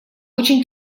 очень